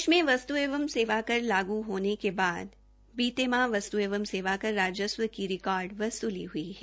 देश में वस्त् एवं सेवा कर लागू होने के बाद बीते माह वस्त् एवं सेवाकर राजस्व की रिकार्ड वसूली हुई है